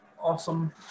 awesome